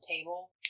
table